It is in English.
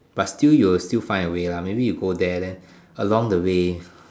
but still you will still find a way lah maybe you go there then along the way